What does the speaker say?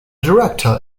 director